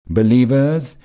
Believers